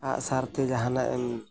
ᱟᱸᱜ ᱥᱟᱨ ᱛᱮ ᱡᱟᱦᱟᱱᱟᱜ ᱮᱢ